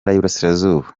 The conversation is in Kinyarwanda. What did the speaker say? y’iburasirazuba